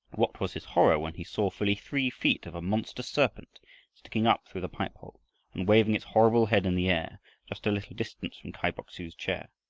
what was his horror when he saw fully three feet of a monster serpent sticking up through the pipe-hole and waving its horrible head in the air just a little distance from kai bok-su's chair.